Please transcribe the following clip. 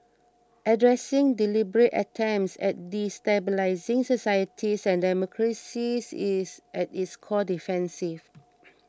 addressing deliberate attempts at destabilising societies and democracies is at its core defensive